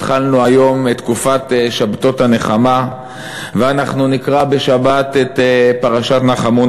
התחלנו היום את תקופת שבתות הנחמה ואנחנו נקרא בשבת את פרשת "נחמו,